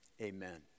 Amen